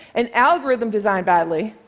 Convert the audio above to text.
an algorithm designed badly